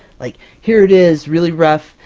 like, here it is really rough,